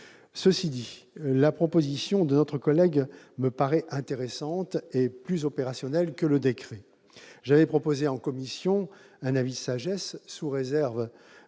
Cela dit, la proposition de notre collègue me semble intéressante et plus opérationnelle que le décret. J'avais proposé en commission un avis de sagesse, sous réserve